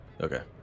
okay